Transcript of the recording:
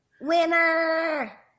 Winner